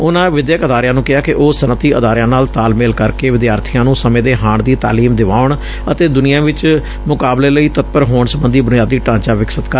ਉਨ੍ਪਾ ਵਿਦਿਅਕ ਅਦਾਰਿਆਂ ਨੂੰ ਕਿਹਾ ਕਿ ਉਹ ਸਨਅਤੀ ਅਦਾਰਿਆਂ ਨਾਲ ਤਾਲਮੇਲ ਕਰਕੇ ਵਿਦਿਆਰਬੀਆ ਨੂੰ ਸਮੇਂ ਦੇ ਹਾਣ ਦੀ ਤਾਲੀਮ ਦਿਵਾਉਣ ਅਤੇ ਦੁਨੀਆ ਵਿਚ ਮੁਕਾਬਲੇ ਲਈ ਤਤਪਰ ਹੋਣ ਸਬੰਧੀ ਬੁਨਿਆਦੀ ਢਾਚਾ ਵਿਕਸਤ ਕਰਨ